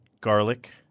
garlic